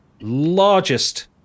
largest